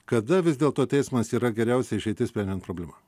kada vis dėlto teismas yra geriausia išeitis sprendžiant problemą